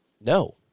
no